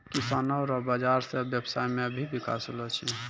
किसानो रो बाजार से व्यबसाय मे भी बिकास होलो छै